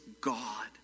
God